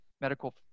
medical